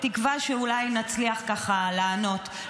בתקווה שאולי נצליח ככה לענות.